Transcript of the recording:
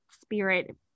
spirit